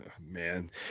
man